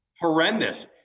Horrendous